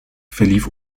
verlief